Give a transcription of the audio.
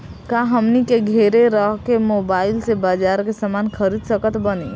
का हमनी के घेरे रह के मोब्बाइल से बाजार के समान खरीद सकत बनी?